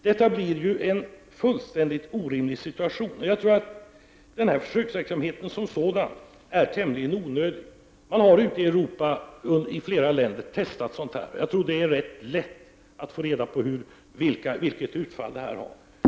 Det blir en fullständigt orimlig situation. Jag tror att denna försöksverksamhet som sådan är tämligen onödig. Man har ute i Europa i flera länder testat sådana system. Det är rätt lätt att få reda på vilket utfall de har gett.